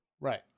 Right